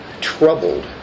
troubled